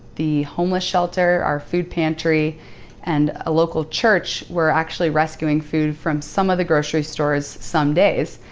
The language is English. the homeless shelter, our food pantry and a local church were actually rescuing food from some of the grocery stores some days.